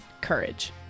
Courage